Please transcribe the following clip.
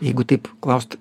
jeigu taip klaust